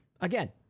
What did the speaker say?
again